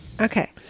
Okay